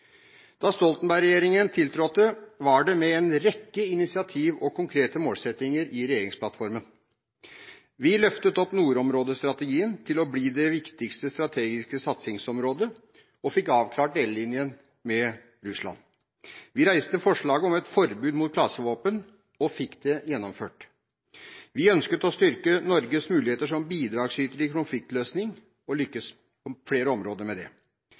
Da Stoltenberg-regjeringen tiltrådte, var det med en rekke initiativ og konkrete målsettinger i regjeringsplattformen. Vi løftet opp nordområdestrategien til å bli det viktigste strategiske satsingsområdet, og fikk avklart delelinjen med Russland. Vi reiste forslaget om et forbud mot klasevåpen, og fikk det gjennomført. Vi ønsket å styrke Norges muligheter som bidragsyter i konfliktløsning, og lyktes på flere områder med det.